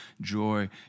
joy